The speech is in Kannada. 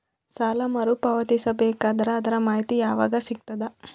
ಸಾಲ ಮರು ಪಾವತಿಸಬೇಕಾದರ ಅದರ್ ಮಾಹಿತಿ ಯವಾಗ ಸಿಗತದ?